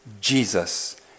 Jesus